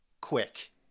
quick